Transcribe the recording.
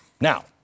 Now